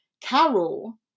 Carol